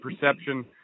perception